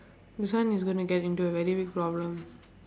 this one is gonna get into a very big problem